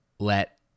let